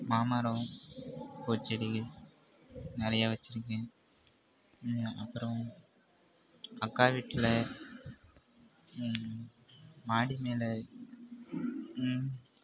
மாமரம் பூச்செடிகள் நிறைய வச்சுருக்கேன் அப்புறம் அக்கா வீட்டில் மாடி மேலே